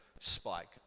spike